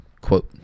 Quote